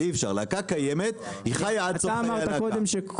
להקה קיימת היא חיה עד סוף חייה כלהקה.